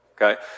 okay